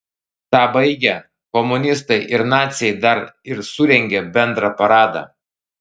tą baigę komunistai ir naciai dar ir surengė bendrą paradą